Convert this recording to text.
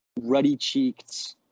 ruddy-cheeked